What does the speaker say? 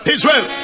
Israel